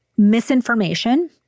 misinformation